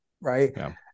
right